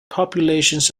populations